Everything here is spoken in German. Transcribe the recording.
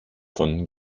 von